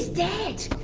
that